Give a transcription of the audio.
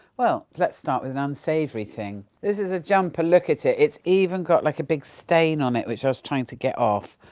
well, let's start with an unsavoury thing. this is a jumper look at it it's even got, like, a big stain on it which i was trying to get off,